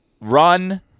run